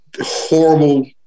horrible